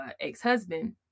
ex-husband